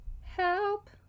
Help